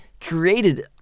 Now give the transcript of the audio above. created